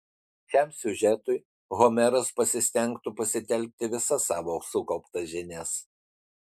šiam siužetui homeras pasistengtų pasitelkti visas savo sukauptas žinias